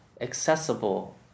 accessible